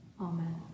Amen